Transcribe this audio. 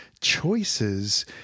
choices